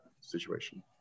situation